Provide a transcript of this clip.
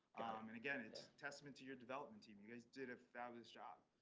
and, again, it's testament to your development team. you guys did a fabulous job.